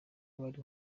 wari